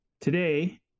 today